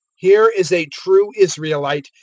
here is a true israelite,